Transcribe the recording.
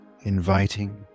inviting